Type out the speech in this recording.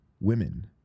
women